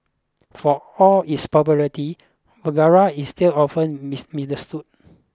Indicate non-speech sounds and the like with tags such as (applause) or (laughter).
for all its popularity Viagra is still often (unintelligible) misunderstood